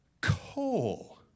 Coal